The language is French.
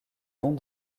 dons